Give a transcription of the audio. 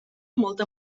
molta